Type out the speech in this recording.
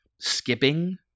skipping